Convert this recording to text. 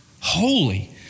Holy